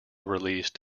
released